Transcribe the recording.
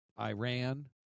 Iran